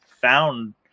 found